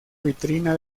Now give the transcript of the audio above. vitrina